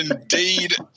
indeed